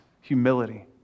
humility